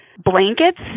Blankets